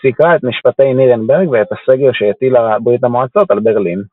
היא סיקרה את משפטי נירנברג ואת הסגר שהטילה ברית המועצות על ברלין.